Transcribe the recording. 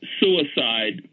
suicide